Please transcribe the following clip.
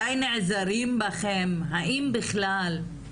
מתי נעזרים בכם, אם בכלל.